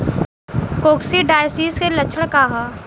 Coccidiosis के लक्षण का ह?